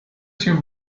się